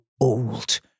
old